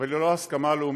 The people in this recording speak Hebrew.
אבל היא לא ההסכמה הלאומית,